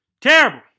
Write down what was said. terrible